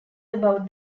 about